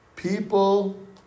People